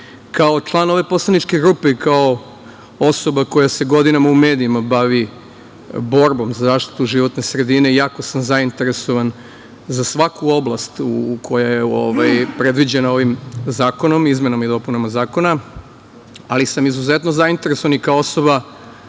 član ove poslaničke grupe, i kao osoba koja se godinama u medijima bavi borbom za zaštitu životne sredine, jako sam zainteresovan za svaku oblast, koja je predviđena ovim zakonom, izmenama i dopunama zakona, ali sam izuzetno zainteresovan i kao osoba,